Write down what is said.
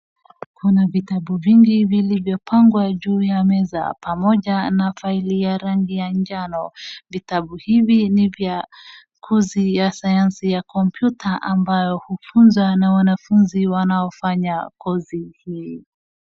Kuna vitabu vingi vilivyopangwa juu ya meza pamoja na file ya rangi manjano vitabu hivi ni vya course ya sayansi ya computer ambayo hufunzwa na wanafunzi wanao fanya